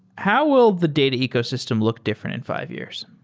how will the data ecosystem look different in five years?